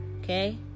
Okay